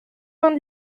vingt